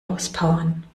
auspowern